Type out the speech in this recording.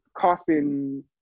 casting